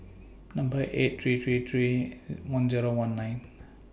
Number eight three three three one Zero one nine